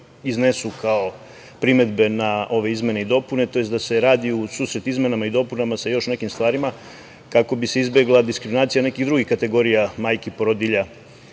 iznesu kao primedbe na ove izmene i dopune tj. da se radi u susret izmenama i dopunama sa još nekim stvarima kako bi se izbegla diskriminacija nekih drugih kategorija majki porodilja